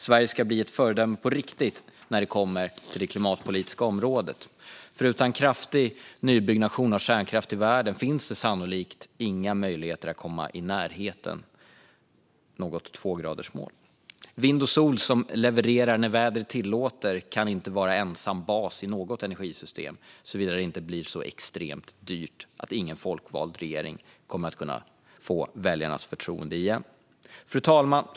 Sverige ska bli ett föredöme på riktigt när det kommer till det klimatpolitiska området, för utan kraftig nybyggnation av kärnkraft i världen finns det sannolikt inga möjligheter att komma i närheten av något tvågradersmål. Vind och sol som levererar när vädret tillåter kan inte vara ensam bas i något energisystem såvida det inte blir så extremt dyrt att ingen folkvald regering kommer att kunna få väljarnas förtroende igen. Fru talman!